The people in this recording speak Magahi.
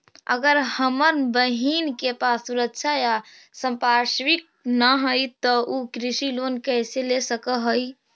अगर हमर बहिन के पास सुरक्षा या संपार्श्विक ना हई त उ कृषि लोन कईसे ले सक हई?